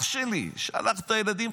אח שלי שלח את הילדים,